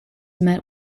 met